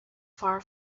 far